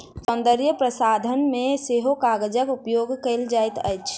सौन्दर्य प्रसाधन मे सेहो कागजक उपयोग कएल जाइत अछि